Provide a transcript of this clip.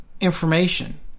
information